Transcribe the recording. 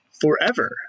forever